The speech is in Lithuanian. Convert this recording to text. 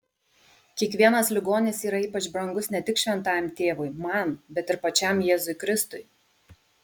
kiekvienas ligonis yra ypač brangus ne tik šventajam tėvui man bet ir pačiam jėzui kristui